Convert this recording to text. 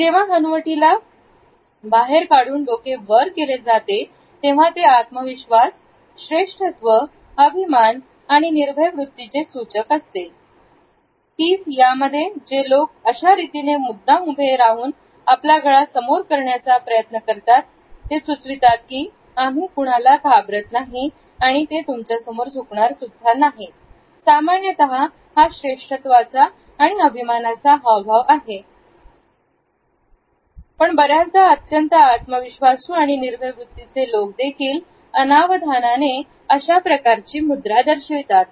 तेव्हा हनुवटीला बाहेर काढून डोके वर केले जाते तेव्हा ते आत्मविश्वास श्रेष्ठत्व अभिमान आणि निर्भय वृत्तीचे सूचक असते पी ज याच्यामध्ये जे लोक अशा रीतीने मुद्दाम उभे राहून आपला गळा समोर करण्याचा प्रयत्न करतात ते हे सुचवितात की आम्ही कुणाला घाबरत नाही आणि ते तुमच्यासमोर झुकणार नाही सामान्यतः हा श्रेष्ठत्वाचा आणि अभिमानाचा हावभाव किंवा व्यक्ती मानली जाते पण बऱ्याचदा अत्यंत आत्मविश्वासू आणि निर्भय वृत्तीचे लोक देखील अनावधानाने अशाप्रकारची मुद्रा दर्शवितात